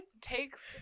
takes